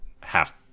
half